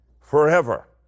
forever